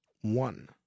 One